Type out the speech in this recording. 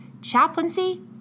chaplaincy